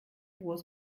was